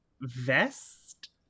vest